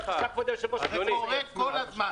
זה קורה כל הזמן.